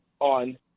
on